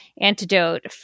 antidote